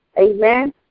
Amen